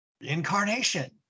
Incarnation